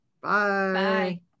Bye